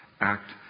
act